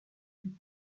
plus